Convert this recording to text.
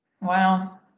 wow